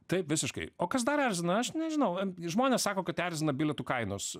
taip visiškai o kas dar erzina aš nežinau žmonės sako kad erzina bilietų kainos